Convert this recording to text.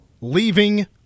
leaving